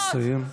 נא לסיים.